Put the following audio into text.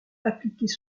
appliqués